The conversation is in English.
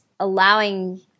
allowing